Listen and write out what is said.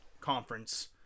conference